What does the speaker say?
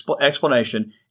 explanation